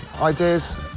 ideas